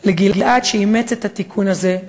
שאימץ את התיקון הזה,